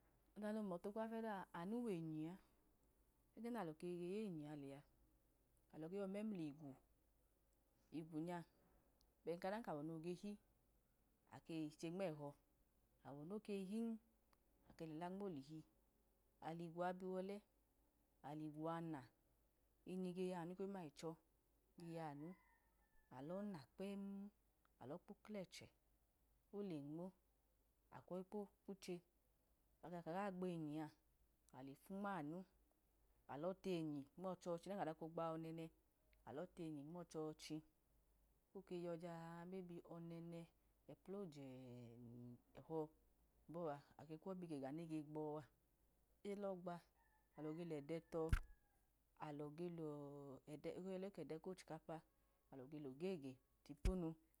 Ọdu no hum otu kpẹm fiyẹdu a, anu wenyi a, ẹgẹ nalọ keyi bi le yenyi a lẹa, alọ ge yọ memligwu, igwu nya bẹn kọda kawọ noge hi, akeyi che nmẹhọ, awọ noke hin akeyi la nmoloho, aligwu a biwọlẹ anignu a na, inyi ge yanu memlẹchọ ge yanu, alọna kpẹm alọ kpo kleche olenmo, alọ kpo kwuche, aba ka gu gbenyi a ale fu nmanu alọ tenyi nmọchọchi ọdan kadọka ogba ọmọnẹ alọ tenyi nmọchohi, oke yọ ja ọmọnẹ meti ẹploje ẹhọ bọa, ake kwọyi bi ga gu nege gbo-a, alọ gba, alẹdẹ tọ, alodo lọ ehọ leka ẹdẹ ko chikapa, alọ ge logege tipumu.